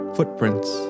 Footprints